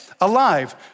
alive